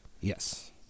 yes